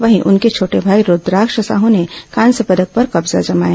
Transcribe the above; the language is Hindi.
वहीं उनके छोटे भाई रूद्राक्ष साहू ने कांस्य पदक पर कब्जा जमाया